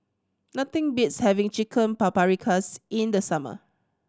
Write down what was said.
nothing beats having Chicken Paprikas in the summer